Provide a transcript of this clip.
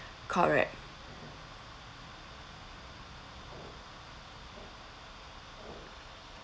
correct